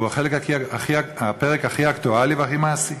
והוא הפרק הכי אקטואלי והכי מעשי.